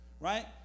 right